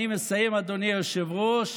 אני מסיים, אדוני היושב-ראש.